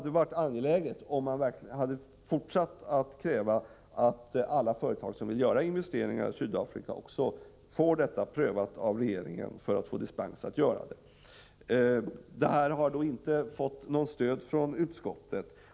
Det vore angeläget att fortsätta att kräva att alla företag som vill göra investeringar i Sydafrika också får sin dispensansökan prövad av regeringen. Detta krav har inte fått något stöd av utskottet.